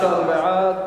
נמנעים.